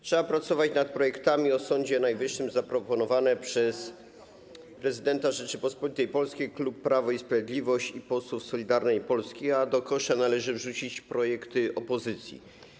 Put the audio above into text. Trzeba pracować nad projektami o Sądzie Najwyższym zaproponowanymi przez prezydenta Rzeczypospolitej Polskiej, klub Prawo i Sprawiedliwość i posłów Solidarnej Polski, a do kosza należy wrzucić projekty opozycji.